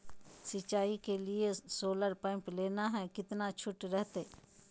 सिंचाई के लिए सोलर पंप लेना है कितना छुट रहतैय?